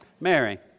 Mary